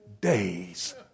days